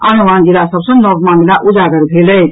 आनो आन जिला सभ सँ नव मामिला उजागर भेल अछि